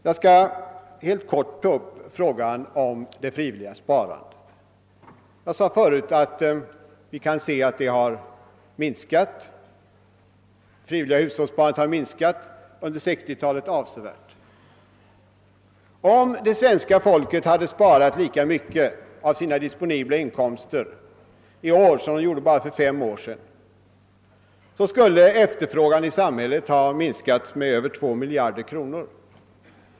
Jag skall helt kort beröra det frivilliga sparandet. Såsom jag sade förut har det frivilliga hushållssparandet under 1960-talet avsevärt minskat. Om det svenska folket hade sparat lika mycket av sina disponibla inkomster i år som det gjorde för bara fem år sedan, skulle efterfrågan i samhället ha minskat med över 2 miljarder kronor.